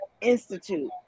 institute